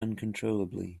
uncontrollably